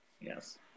Yes